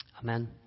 Amen